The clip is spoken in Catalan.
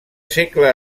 segle